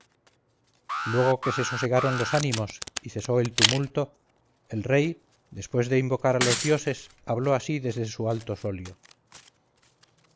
luego que se sosegaron los ánimos y cesó el tumulto el rey después de invocar a los dioses habló así desde su alto solio